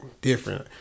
different